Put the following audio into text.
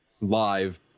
live